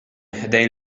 ħdejn